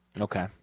Okay